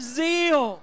zeal